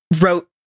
wrote